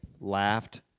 laughed